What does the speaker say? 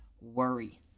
worry